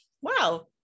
wow